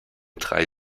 drei